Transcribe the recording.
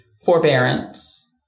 Forbearance